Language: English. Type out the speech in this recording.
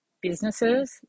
businesses